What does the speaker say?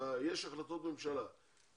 אלא יש החלטות ממשלה.